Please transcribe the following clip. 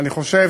אני חושב